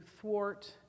thwart